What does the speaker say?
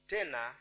Tena